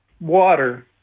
water